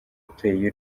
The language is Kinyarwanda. uteye